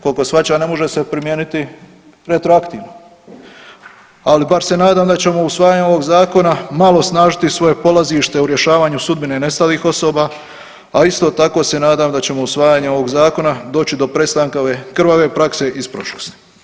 Koliko shvaćam ne može se primijeniti retroaktivno, ali bar se nadam da ćemo usvajanjem ovoga Zakona malo osnažiti svoje polazište u rješavanju sudbine nestalih osoba, a isto tako se nadam da ćemo usvajanjem ovoga Zakona doći do prestanka ove krvave prakse iz prošlosti.